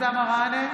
אבתיסאם מראענה,